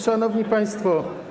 Szanowni Państwo!